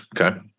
Okay